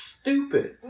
Stupid